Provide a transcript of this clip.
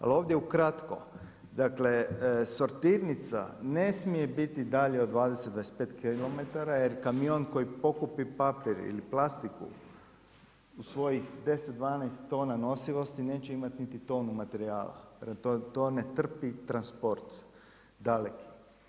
Ali ovdje ukratko, dakle sortirnica ne smije biti dalje od 20, 25km jer kamion koji pokupi papir ili plastiku u svojih 10, 12 tona nosivosti neće imati niti tonu materijala, jer to ne trpi transport daleki.